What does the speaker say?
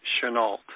Chenault